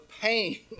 pain